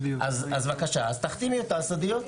בבקשה, תחתימי אותה על סודיות.